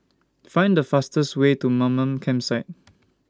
Find The fastest Way to Mamam Campsite